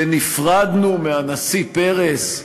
ונפרדנו מהנשיא פרס,